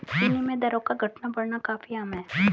विनिमय दरों का घटना बढ़ना काफी आम है